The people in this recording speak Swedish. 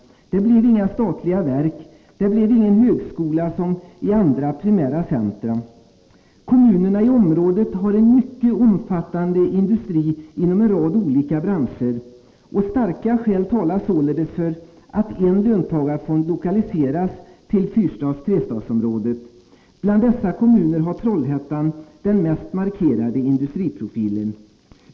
Det blev inga statliga verk, det blev ingen högskola, som i andra primära centra. Kommunerna i området har en mycket omfattande industri inom en rad olika branscher. Starka skäl talar således för att en löntagarfond lokaliseras till Fyrstads/Trestadsområdet. Bland dessa kommuner har Trollhättan den mest markerade industriprofilen.